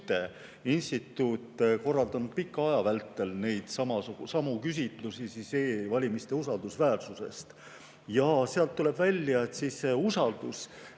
instituut korraldanud pika aja vältel neidsamu küsitlusi e‑valimiste usaldusväärsuse kohta. Sealt tuleb välja, et usaldus